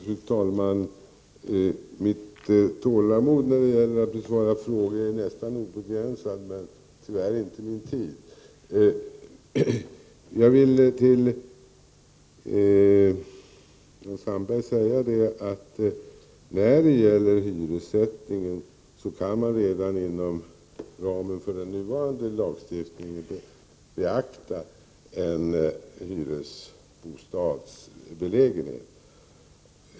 Fru talman! Mitt tålamod när det gäller att besvara frågor är nästan obegränsat, men tyvärr inte min tid. Till Jan Sandberg vill jag säga att när det gäller hyressättningen kan man redan inom ramen för den nuvarande lagstiftningen beakta en hyresbostads belägenhet.